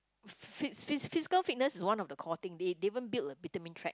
phys~ phys~ physical fitness is one of the core thing they they even built a vitamin track